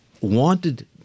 wanted –